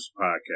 podcast